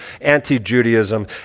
anti-Judaism